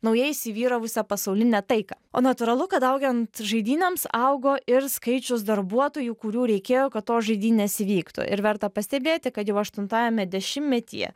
naujai įsivyravusią pasaulinę taiką o natūralu kad augant žaidynėms augo ir skaičius darbuotojų kurių reikėjo kad tos žaidynės įvyktų ir verta pastebėti kad jau aštuntajame dešimtmetyje